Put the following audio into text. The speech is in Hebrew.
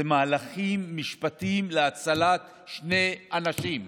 אלה מהלכים משפטיים להצלת שני אנשים,